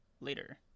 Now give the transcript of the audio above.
later